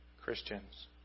Christians